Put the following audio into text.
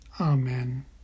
Amen